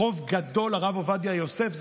חוב גדול לרב עובדיה יוסף,